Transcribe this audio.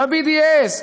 ב-BDS,